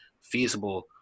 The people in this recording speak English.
feasible